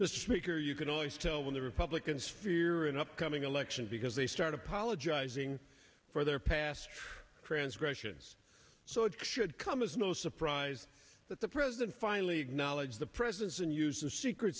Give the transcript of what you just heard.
the speaker you can always tell when the republicans fear an upcoming election because they start apologizing for their past transgressions so it should come as no surprise that the president finally acknowledge the presence and use of secret